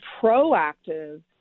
proactive